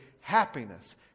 happiness